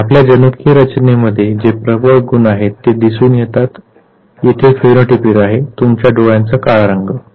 पण आपल्या जनुकीय रचनेमध्ये जे प्रबळ गुण आहेत ते दिसून येतात येथे फिनोटीपिक आहे तुमच्या डोळ्यांचा कला रंग